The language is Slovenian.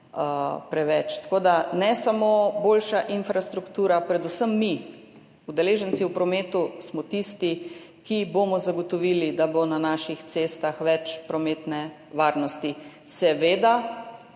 preveč. Tako da ne samo boljša infrastruktura, predvsem mi udeleženci v prometu smo tisti, ki bomo zagotovili, da bo na naših cestah več prometne varnosti. Seveda